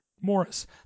Morris